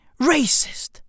Racist